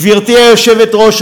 גברתי היושבת-ראש,